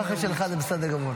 לא, קח את שלך, זה בסדר גמור.